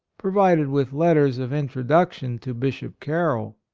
provided with letters of introduction to bishop carroll.